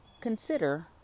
consider